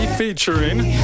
featuring